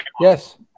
Yes